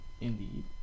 Indeed